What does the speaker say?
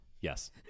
Yes